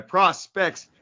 Prospects